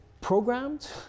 programmed